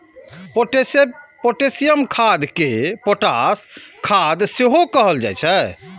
potassium खाद कें potash खाद सेहो कहल जाइ छै